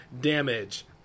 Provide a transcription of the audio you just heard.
Damage